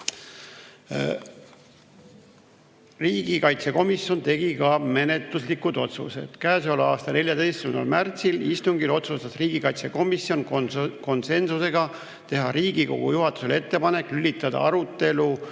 Riigikaitsekomisjon tegi ka menetluslikud otsused. Käesoleva aasta 14. märtsi istungil otsustas riigikaitsekomisjon konsensusega teha Riigikogu juhatusele ettepaneku lülitada arutelu